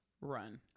run